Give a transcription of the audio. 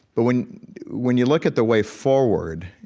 but when when you look at the way forward,